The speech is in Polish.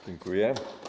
Dziękuję.